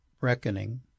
reckoning